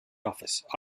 office